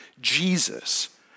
Jesus